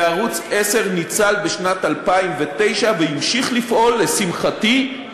וערוץ 10 ניצל בשנת 2009 והמשיך לפעול, לשמחתי,